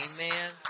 Amen